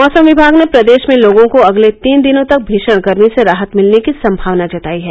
मौसम विभाग ने प्रदेश में लोगों को अगले तीन दिनों तक भीषण गर्मी से राहत मिलने की सम्भावना जताई है